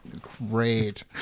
Great